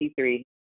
P3